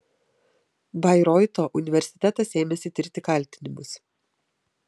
bairoito universitetas ėmėsi tirti kaltinimus